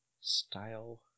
style